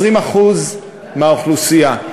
20% מהאוכלוסייה.